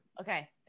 Okay